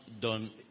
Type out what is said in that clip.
done